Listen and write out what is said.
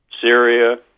Syria